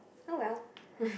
oh well